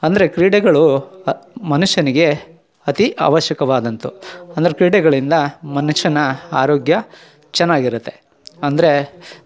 ಅಂದರೆ ಕ್ರೀಡೆಗಳು ಮನುಷ್ಯನಿಗೆ ಅತೀ ಅವಶ್ಯಕವಾದಂಥ ಅಂದ್ರೆ ಕ್ರೀಡೆಗಳಿಂದ ಮನುಷ್ಯನ ಆರೋಗ್ಯ ಚೆನ್ನಾಗಿರತ್ತೆ ಅಂದರೆ